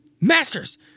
Masters